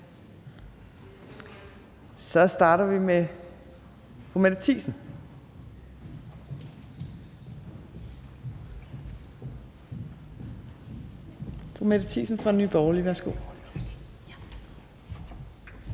Så starter vi med fru Mette Thiesen